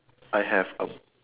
I have a